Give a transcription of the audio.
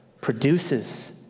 produces